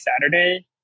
Saturday